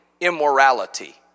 immorality